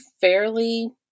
fairly